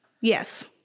Yes